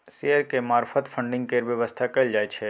शेयरक मार्फत फडिंग केर बेबस्था कएल जाइ छै